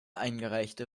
eingereichte